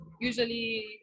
Usually